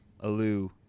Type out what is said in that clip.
Alu